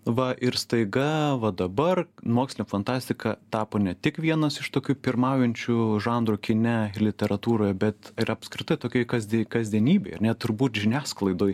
va ir staiga va dabar mokslinė fantastika tapo ne tik vienas iš tokių pirmaujančių žanrų kine ir literatūroje bet ir apskritai tokioj kasdie kasdienybėj ar ne turbūt žiniasklaidoj